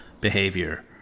behavior